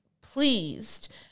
pleased